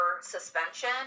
suspension